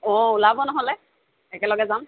অঁ ওলাব নহ'লে একেলগে যাম